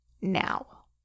now